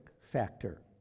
factor